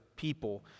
people